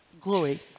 glory